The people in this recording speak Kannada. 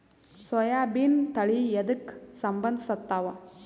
ಸೋಯಾಬಿನ ತಳಿ ಎದಕ ಸಂಭಂದಸತ್ತಾವ?